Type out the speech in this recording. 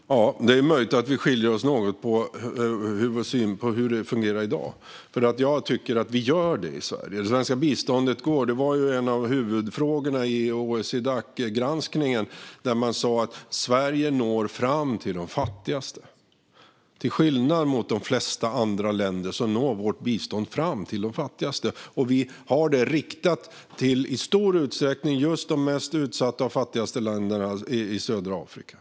Fru talman! Det är möjligt att vi skiljer oss något i synen på hur det fungerar i dag. Jag tycker att vi gör en sådan prioritering i Sverige när det gäller biståndet. Vart det svenska biståndet går var en av huvudpunkterna i OECD-Dac-granskningen, där man sa att Sverige når fram till de fattigaste. Till skillnad från de flesta andra länder når vårt bistånd fram till de fattigaste, och vi har det i stor utsträckning riktat till de mest utsatta och fattigaste länderna i södra Afrika.